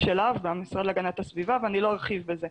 מהמשרד להגנת הסביבה ואני לא ארחיב בזה.